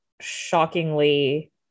shockingly